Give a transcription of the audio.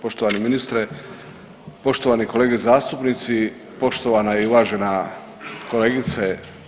Poštovani ministre, poštovani kolege zastupnici, poštovana i uvažena kolegice.